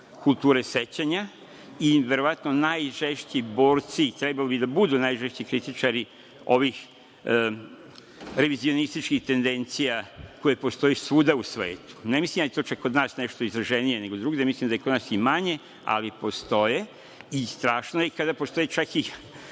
kulture sećanja, i verovatno najžešći borci, trebalo bi da budu najžešći kritičari ovih revizionističkih tendencija koje postoje svuda u svetu. Ne mislim da je to kod nas čak nešto izraženije nego drugde, mislim da je kod nas i manje, ali postoje, i strašno je kada postoje, čak ih